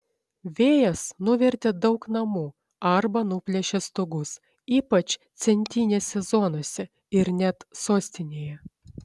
vėjas nuvertė daug namų arba nuplėšė stogus ypač centinėse zonose ir net sostinėje